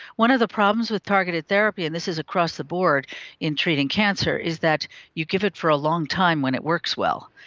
one of the problems with targeted therapy, and this is across the board in treating cancer, is that you give it for a long time when it works well,